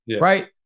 right